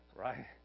right